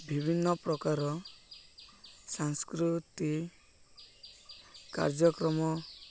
ବିଭିନ୍ନ ପ୍ରକାର ସାଂସ୍କୃତି କାର୍ଯ୍ୟକ୍ରମ